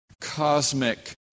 cosmic